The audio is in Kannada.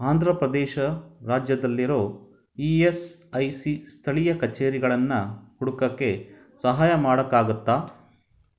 ಆಂಧ್ರ ಪ್ರದೇಶ ರಾಜ್ಯದಲ್ಲಿರೋ ಇ ಎಸ್ ಐ ಸಿ ಸ್ಥಳೀಯ ಕಚೇರಿಗಳನ್ನು ಹುಡುಕೋಕ್ಕೆ ಸಹಾಯ ಮಾಡೋಕ್ಕಾಗುತ್ತಾ